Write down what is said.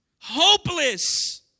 hopeless